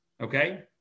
okay